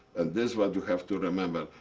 this what you have to remember.